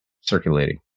Circulating